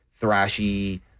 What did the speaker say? thrashy